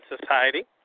society